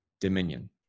dominion